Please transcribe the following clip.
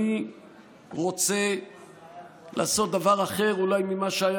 אני רוצה לעשות דבר אחר אולי ממה שהיה